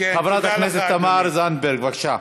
חברת הכנסת תמר זנדברג, בבקשה.